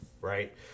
right